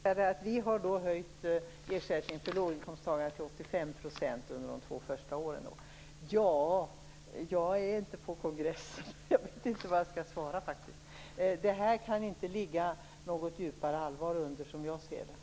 Fru talman! Vi vill höja ersättningen till låginkomsttagarna till 85 % under de två första åren. Jag har inte varit på Miljöpartiets kongress, så jag vet inte vad jag skall svara. Som jag ser det kan det inte ligga något djupare allvar bakom detta.